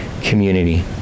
community